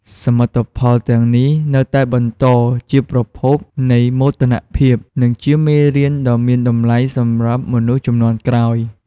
សមិទ្ធផលទាំងនេះនៅតែបន្តជាប្រភពនៃមោទនភាព និងជាមេរៀនដ៏មានតម្លៃសម្រាប់មនុស្សជំនាន់ក្រោយ។